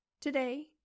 Today